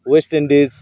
West Indies